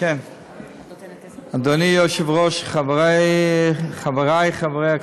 גברתי היושבת-ראש, חברי חברי הכנסת,